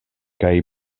kaj